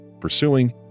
pursuing